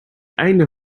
einde